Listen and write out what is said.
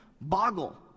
boggle